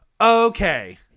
Okay